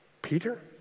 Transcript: Peter